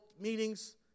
meetings